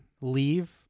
leave